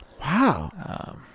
Wow